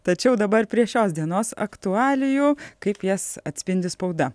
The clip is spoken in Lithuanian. tačiau dabar prie šios dienos aktualijų kaip jas atspindi spauda